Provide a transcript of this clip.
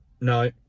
no